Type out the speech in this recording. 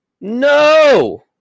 No